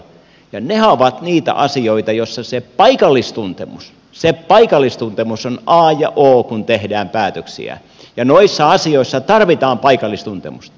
ja nehän ovat niitä asioita joissa se paikallistuntemus on a ja o kun tehdään päätöksiä ja noissa asioissa tarvitaan paikallistuntemusta